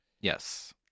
Yes